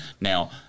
now